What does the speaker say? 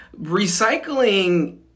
Recycling